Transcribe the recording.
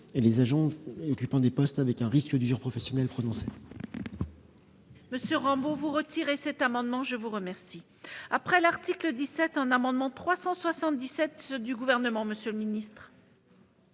et les agents occupant des postes avec un risque d'usure professionnelle prononcé.